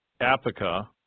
Apica